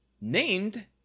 named